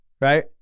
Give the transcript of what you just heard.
Right